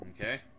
Okay